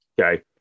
Okay